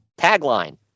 Tagline